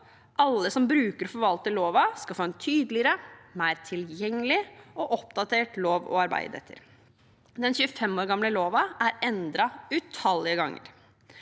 alle som bruker og forvalter loven, skal få en tydeligere, mer tilgjengelig og oppdatert lov å arbeide etter. Den 25 år gamle loven er endret utallige ganger.